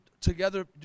together